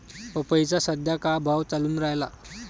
पपईचा सद्या का भाव चालून रायला?